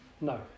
No